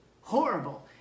horrible